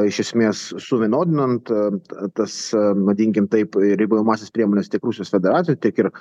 iš esmės suvienodinant tas vadinkim taip ribojamąsias priemones tiek rusijos federacijai tiek ir